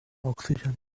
oxygen